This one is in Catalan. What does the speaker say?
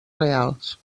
reals